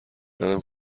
منم